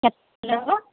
कतेक लेबै